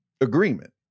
agreement